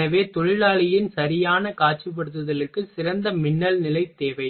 எனவே தொழிலாளியின் சரியான காட்சிப்படுத்தலுக்கு சிறந்த மின்னல் நிலை தேவை